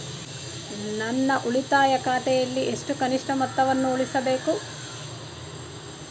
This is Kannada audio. ನನ್ನ ಉಳಿತಾಯ ಖಾತೆಯಲ್ಲಿ ಎಷ್ಟು ಕನಿಷ್ಠ ಮೊತ್ತವನ್ನು ಉಳಿಸಬೇಕು?